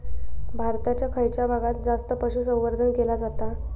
भारताच्या खयच्या भागात जास्त पशुसंवर्धन केला जाता?